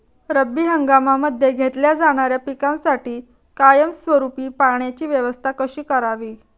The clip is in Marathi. रब्बी हंगामामध्ये घेतल्या जाणाऱ्या पिकांसाठी कायमस्वरूपी पाण्याची व्यवस्था कशी करावी?